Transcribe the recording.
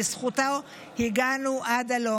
בזכותו הגענו עד הלום.